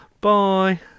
bye